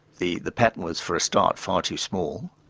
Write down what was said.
the the pattern was for a start far too small,